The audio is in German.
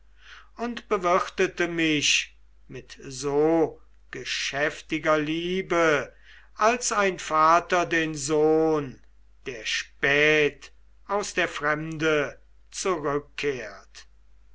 und bewirtete mich mit so geschäftiger liebe als ein vater den sohn der spät aus der fremde zurückkehrt